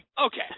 okay